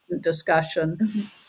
discussion